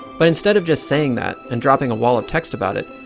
but instead of just saying that, and dropping a wall of text about it,